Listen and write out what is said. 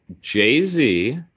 Jay-Z